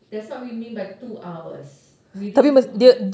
that's what we mean by two hours